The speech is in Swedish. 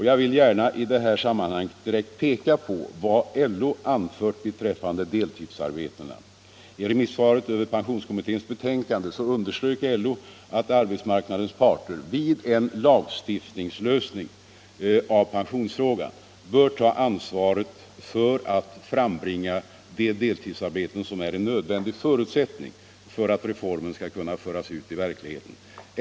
Jag vill gärna i detta sammanhang direkt peka på vad LO anfört beträffande deltidsarbetena. I remissvaret över pensionskommitténs betänkande understryker LO att arbetsmarknadens parter — vid en lagstiftningslösning av pensionsdelen — bör ta ansvaret för att frambringa de deltidsarbeten som är en nödvändig förutsättning för att reformen skall kunna föras ut i verkligheten.